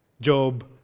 Job